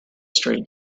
straight